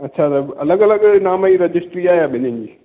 अछा त अलॻि अलॻि नाम जी रजिस्ट्री आहे ॿिन्हनि जी